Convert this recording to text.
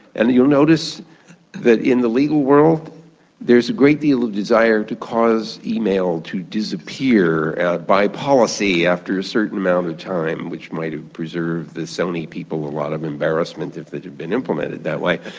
and you'll notice that in the legal world there's a great deal of desire to cause email to disappear by policy after a certain amount of time, which might have preserved the sony people a lot of embarrassment if it had been implemented that way.